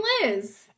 Liz